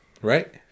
Right